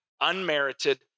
unmerited